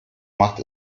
machte